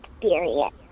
experience